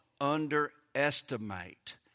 underestimate